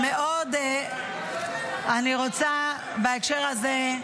אני דואג --- אני רוצה, בהקשר הזה,